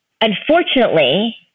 Unfortunately